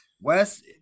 West